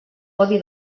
codi